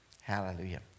Hallelujah